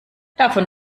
davon